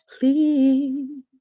please